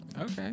Okay